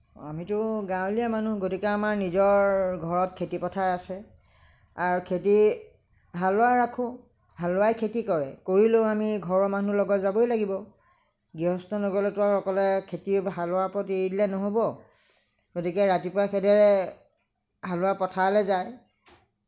আমিতো গাঁৱলীয়া মানুহ গতিকে আমাৰ নিজৰ ঘৰত খেতি পথাৰ আছে আৰু খেতি হালোৱা ৰাখোঁ হালোৱাই খেতি কৰে কৰিলেও আমি ঘৰৰ মানুহ লগত যাবই লাগিব গৃহস্থ নগ'লেতো আৰু অকলে খেতি হালোৱাৰ ওপৰত এৰি দিলে নহ'ব গতিকে ৰাতিপুৱা সেইদৰে হালোৱা পথাৰলৈ যায়